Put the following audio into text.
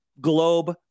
globe